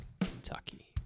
Kentucky